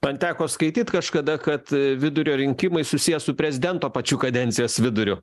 man teko skaityt kažkada kad vidurio rinkimai susiję su prezidento pačiu kadencijos viduriu